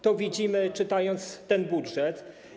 To widzimy, czytając ten budżet.